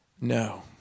No